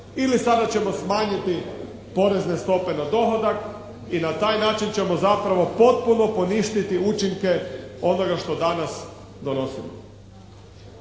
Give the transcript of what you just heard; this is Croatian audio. ili sada ćemo smanjiti porezne stope na dohodak i na taj način ćemo zapravo potpuno poništiti učinke onoga što danas donosimo.